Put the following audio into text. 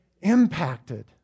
impacted